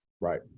Right